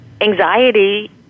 Anxiety